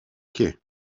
quais